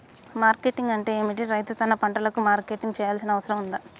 Marketing అంటే ఏమిటి? రైతు తన పంటలకు మార్కెటింగ్ చేయాల్సిన అవసరం ఉందా?